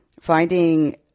finding